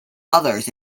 others